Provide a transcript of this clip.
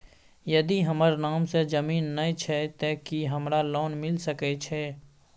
यदि हमर नाम से ज़मीन नय छै ते की हमरा लोन मिल सके छै?